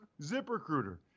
ZipRecruiter